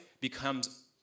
becomes